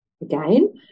Again